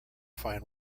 find